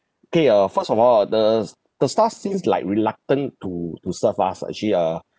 okay uh first of all ah the s~ the staff seems like reluctant to to serve us ah actually uh